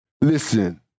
listen